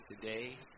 today